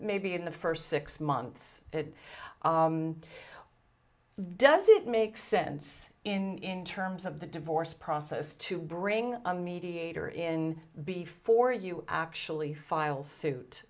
maybe in the first six months it does it make sense in terms of the divorce process to bring a mediator in before you actually file suit